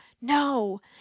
No